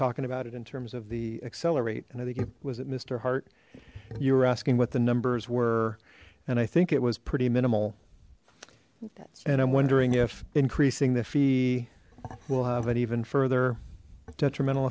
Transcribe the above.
talking about it in terms of the accelerate and i think it was it mister hart you were asking what the numbers were and i think it was pretty minimal and i'm wondering if increasing the fee will have an even further detrimental